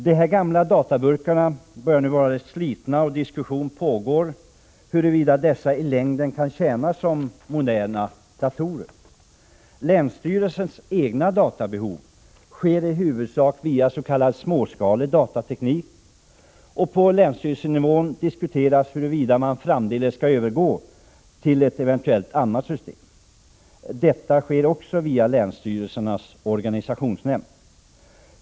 De här gamla databurkarna börjar nu vara rätt slitna, och diskussion pågår om huruvida dessa i längden kan tjäna som moderna datorer. Länsstyrelsens egna databehov tillgodoses i huvudsak med s.k. småskalig datateknik. På länsstyrelsenivå diskuteras huruvida man framdeles skall övergå till annat system. Även dessa överväganden sker inom länsstyrelsernas organisationsnämnd.